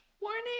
warning